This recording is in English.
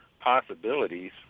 possibilities